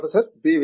professor B